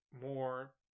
more